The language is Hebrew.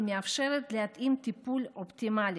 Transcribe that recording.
מאפשרת להתאים טיפול אופטימלי,